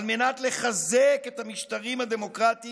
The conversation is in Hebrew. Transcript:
על מנת לחזק את המשטרים הדמוקרטיים